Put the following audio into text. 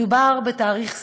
מדובר בתאריך סמלי.